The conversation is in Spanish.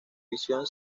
visión